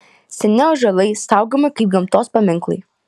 seni ąžuolai saugomi kaip gamtos paminklai